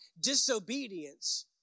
disobedience